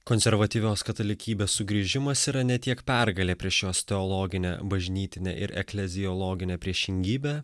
konservatyvios katalikybės sugrįžimas yra ne tiek pergalė prieš jos teologinę bažnytinę ir ekleziologinę priešingybę